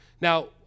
Now